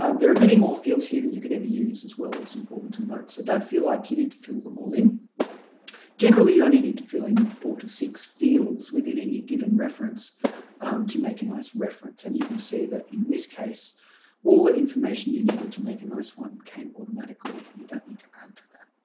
um there are many more fields here than you could ever use as well it's important to note so don't feel like you need to fill them all in generally you only need to fill in four to six fields within and any given reference um to make a nice reference and you can see that in this case all the information you needed to make a nice one came automatically and you don't need to add to that.